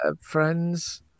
friends